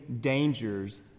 dangers